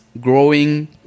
growing